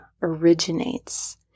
originates